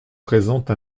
présente